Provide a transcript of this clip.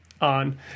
on